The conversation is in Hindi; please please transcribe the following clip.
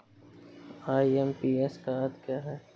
आई.एम.पी.एस का क्या अर्थ है?